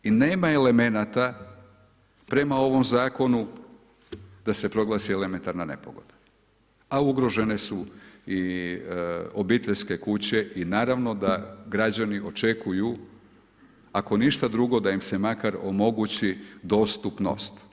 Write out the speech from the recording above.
I nema elemenata, prema ovom zakonu, da se proglasi elementarna nepogoda, a ugrožene su i obiteljske kuće, i naravno, da građani očekuju ako ništa drugo, da im se makar omogući dostupnost.